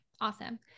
awesome